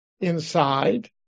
inside